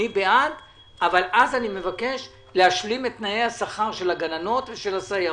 אני בעד אבל אז אני מבקש להשלים את תנאי השכר של הגננות ושל הסייעות.